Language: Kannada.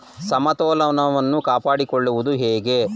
ಸಮತೋಲನವನ್ನು ಕಾಪಾಡಿಕೊಳ್ಳುವುದು ಹೇಗೆ?